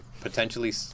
potentially